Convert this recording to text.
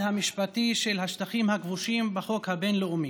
המשפטי של השטחים הכבושים לפי חוק הבין-לאומי,